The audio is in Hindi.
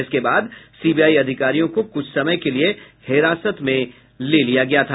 इसके बाद सीबीआई अधिकारियों को कुछ समय के लिए हिरासत में रख लिया गया था